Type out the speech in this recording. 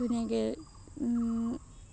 ধুনীয়াকৈ